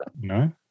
No